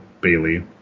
Bailey